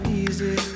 easy